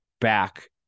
back